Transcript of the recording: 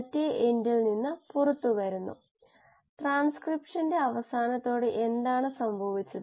വ്യാവസായികമായി ഇവ ഒരു അസ്ഥിരീകരണ മോഡിൽ ഉപയോഗിച്ചു